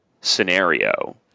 scenario